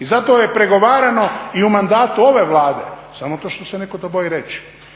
i zato je pregovarano i u mandatu ove Vlade, samo to što se to netko boji reći.